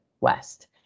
west